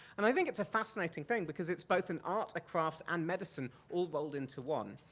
and i think it's a fascinating thing because it's both an art, a craft, and medicine, all rolled into one.